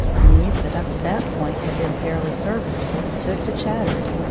knees, that up to that point had been fairly serviceable, took to chattering.